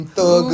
Thug